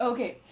Okay